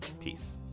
Peace